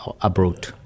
abroad